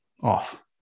off